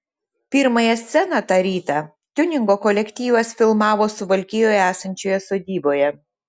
pirmąją sceną tą rytą tiuningo kolektyvas filmavo suvalkijoje esančioje sodyboje